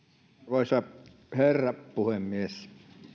arvoisa herra puhemies